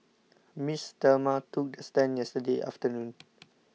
Miss Thelma took the stand yesterday afternoon